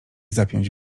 zapiąć